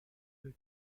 deux